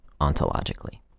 ontologically